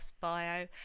bio